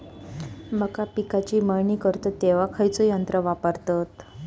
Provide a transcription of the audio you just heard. मका पिकाची मळणी करतत तेव्हा खैयचो यंत्र वापरतत?